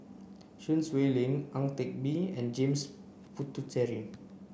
Sun Xueling Ang Teck Bee and James Puthucheary